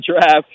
draft